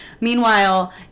Meanwhile